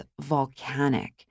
volcanic